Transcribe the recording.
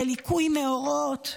זה ליקוי מאורות.